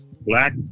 black